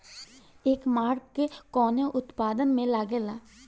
एगमार्क कवने उत्पाद मैं लगेला?